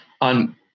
on